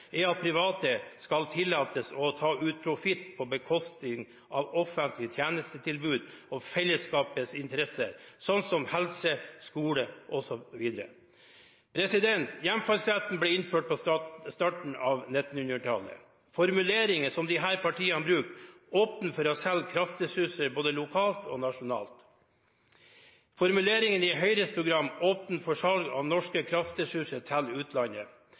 er at private skal tillates å ta ut profitt på bekostning av offentlige tjenestetilbud og fellesskapets interesser, sånn som helse, skole osv. Hjemfallsretten ble innført på starten av 1900-tallet. Formuleringer som disse partiene bruker, åpner for å selge kraftressurser både lokalt og nasjonalt. Formuleringene i Høyres program åpner for salg av norske kraftressurser til utlandet.